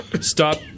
stop